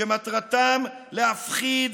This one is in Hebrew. שמטרתם להפחיד,